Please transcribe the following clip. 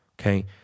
Okay